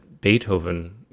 Beethoven